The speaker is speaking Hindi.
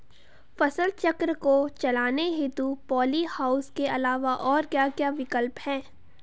फसल चक्र को चलाने हेतु पॉली हाउस के अलावा और क्या क्या विकल्प हैं?